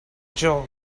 job